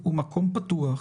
ברים ובתי קפה,